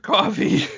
Coffee